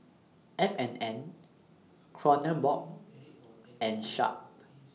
F and N Kronenbourg and Sharp